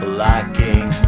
lacking